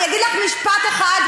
אני אגיד לך משפט אחד,